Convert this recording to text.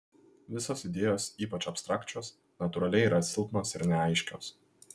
visos idėjos ypač abstrakčios natūraliai yra silpnos ir neaiškios